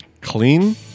Clean